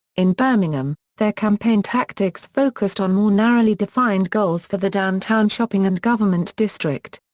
in birmingham, their campaign tactics focused on more narrowly defined goals for the downtown shopping and government district.